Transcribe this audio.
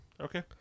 Okay